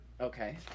Okay